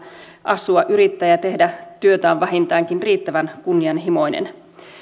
asua yrittää ja tehdä työtä on vähintäänkin riittävän kunnianhimoinen